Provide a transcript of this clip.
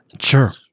sure